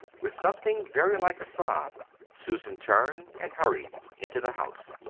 with something very like a sob susan turned and hurried into the house.